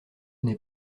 n’est